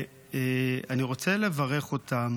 אני רוצה לברך אותם